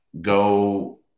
go –